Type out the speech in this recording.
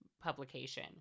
publication